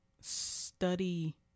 study